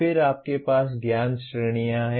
फिर आपके पास ज्ञान श्रेणियां हैं